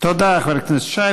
תודה, חבר הכנסת שי.